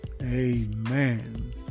Amen